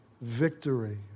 victory